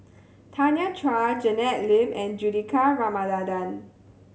Tanya Chua Janet Lim and Juthika Ramanathan